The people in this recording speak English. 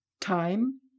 Time